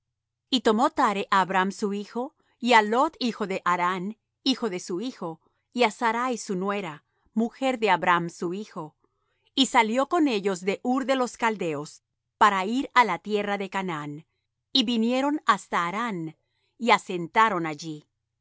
y tomó thare á abram su hijo y á lot hijo de harán hijo de su hijo y á sarai su nuera mujer de abram su hijo y salió con ellos de ur de los caldeos para ir á la tierra de canaán y vinieron hasta harán y asentaron allí